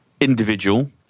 individual